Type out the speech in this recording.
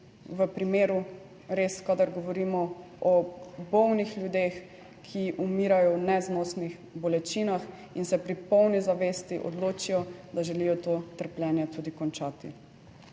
v primeru res, kadar govorimo o bolnih ljudeh, ki umirajo v neznosnih bolečinah in se pri polni zavesti odločijo, da želijo to trpljenje tudi končati.